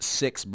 six